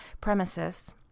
premises